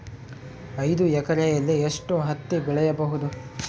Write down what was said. ಐದು ಎಕರೆಯಲ್ಲಿ ಎಷ್ಟು ಹತ್ತಿ ಬೆಳೆಯಬಹುದು?